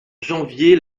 janvier